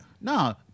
No